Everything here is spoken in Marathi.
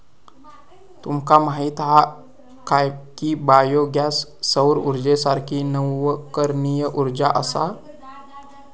तुमका माहीत हा काय की बायो गॅस सौर उर्जेसारखी नवीकरणीय उर्जा असा?